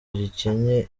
gikennye